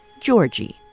Georgie